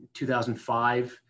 2005